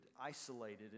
isolated